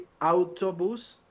autobus